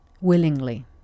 willingly